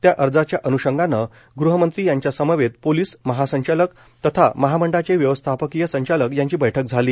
त्या अर्जाच्या अनुषंगानं गृहमंत्री यांच्यासमवेत पोलीस महासंचालक तथा महामंडळाचे व्यवस्थापकीय संचालक यांची बैठक झाली